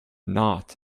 not